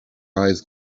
eyes